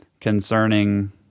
concerning